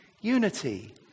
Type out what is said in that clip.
Unity